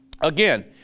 Again